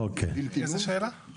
איזה שאלה?